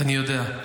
אני יודע.